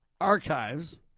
Archives